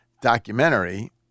documentary